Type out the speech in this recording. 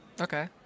Okay